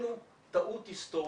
מבחינתנו טעות היסטורית.